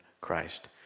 Christ